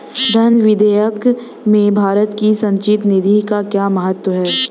धन विधेयक में भारत की संचित निधि का क्या महत्व है?